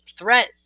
Threat